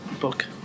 book